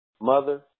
mother